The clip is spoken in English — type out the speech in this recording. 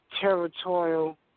territorial